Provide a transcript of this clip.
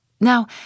Now